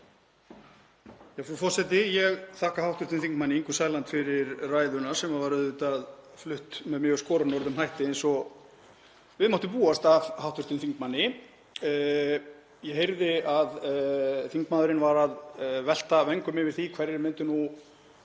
Frú forseti. Ég þakka hv. þm. Ingu Sæland fyrir ræðuna sem var auðvitað flutt með mjög skorinorðum hætti eins og við mátti búast af hv. þingmanni. Ég heyrði að þingmaðurinn var að velta vöngum yfir því hverjir myndu nú